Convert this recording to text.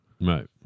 Right